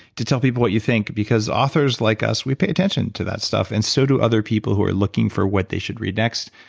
to tell people what you think, because authors like us, we pay attention to that stuff and so do other people who are looking for what they should read next.